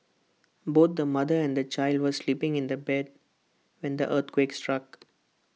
both the mother and the child were sleeping in bed when the earthquake struck